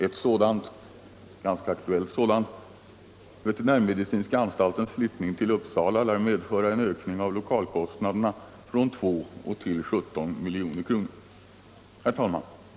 Ett ganska aktuellt sådant exempel är veterinärmedicinska anstaltens utflyttning till Uppsala, som lär medföra en ökning av lokalkostnaderna från 2 till 17 milj.kr. Herr talman!